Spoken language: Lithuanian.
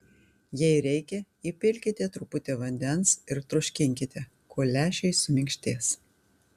jei reikia įpilkite truputį vandens ir troškinkite kol lęšiai suminkštės